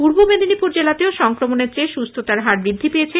পূর্ব মেদিনীপুর জেলাতেও সংক্রণের চেয়ে সুস্থতার হার বৃদ্ধি পেয়েছে